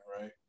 right